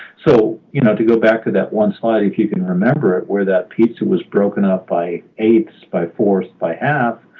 so you know to go back to that one slide, if you can remember it, where that pizza was broken up by eighths, by fourths, by halves,